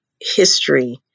history